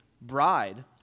bride